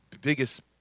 biggest